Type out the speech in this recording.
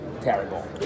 Terrible